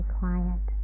quiet